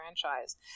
franchise